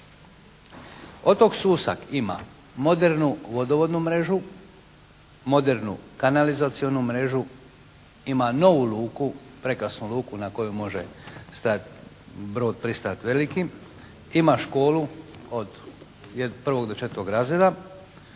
Otok Susak ima modernu vodovodnu mrežu, modernu kanalizacionu mrežu, ima novu luku, prekrasnu luku na koju može stat, brod pristajati veliki, ima školu od prvog do četvrtog razreda,